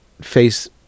face